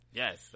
yes